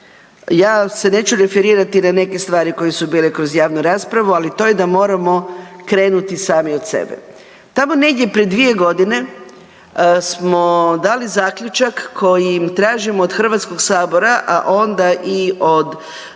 ja se neću referirati na neke stvari koje su bile kroz javnu raspravu, ali to je da moramo krenuti sami od sebe. Tamo negdje pred dvije godine smo dali zaključak kojim tražimo od HS-a, a onda i od svih